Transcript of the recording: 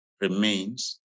remains